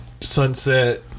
sunset